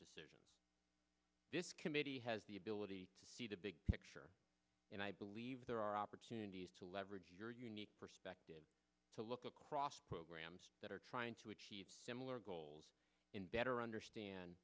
decision this committee has the ability to see the big picture and i believe there are opportunities to leverage your unique perspective to look across programs that are trying to achieve similar goals in better understand